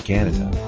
Canada